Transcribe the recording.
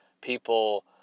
people